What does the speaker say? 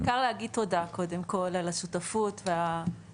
בעיקר להגיד תודה, קודם כל, על השותפות והדחיפה.